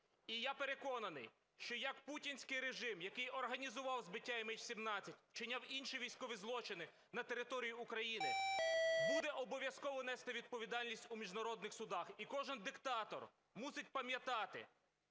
І я переконаний, що як путінський режим, який організував збиття МН17, вчиняв інші військові злочини на території України, буде обов'язково нести відповідальність у міжнародних судах. І кожен диктатор мусить пам'ятати,